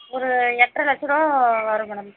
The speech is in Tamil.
ஒரு எட்ரை லட்சம் ரூபா வரும் மேடம்